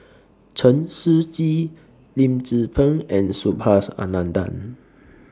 Chen Shiji Lim Tze Peng and Subhas Anandan